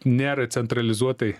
nėra centralizuotai